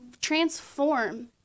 transform